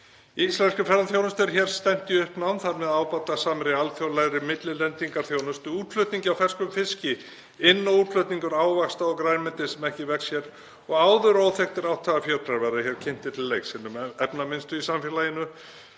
Íslenskri ferðaþjónustu er stefnt í uppnám, þar með ábatasamri alþjóðlegri millilendingarþjónustu, útflutningi á ferskum fiski, inn- og útflutningi ávaxta og grænmetis sem ekki vex hér og áður óþekktir átthagafjötrar verða kynntir til leiks hinum efnaminnstu í samfélaginu,